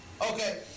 Okay